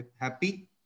happy